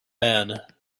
man